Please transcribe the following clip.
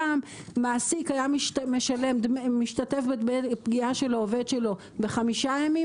פעם מעסיק היה משתתף בפגיעה של העובד שלו בחמישה ימים,